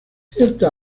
ciertas